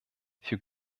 für